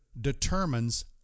determines